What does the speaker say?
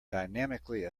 dynamically